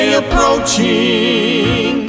approaching